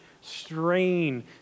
strain